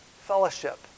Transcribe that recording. fellowship